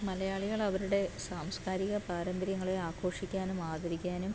മലയാളികൾ അവരുടെ സാംസ്കാരിക പാരമ്പര്യങ്ങളെ ആഘോഷിക്കാനും ആദരിക്കാനും